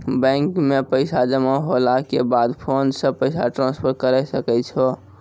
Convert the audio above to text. bank मे पैसा जमा होला के बाद फोन से पैसा ट्रांसफर करै सकै छौ